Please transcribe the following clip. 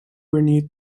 renewed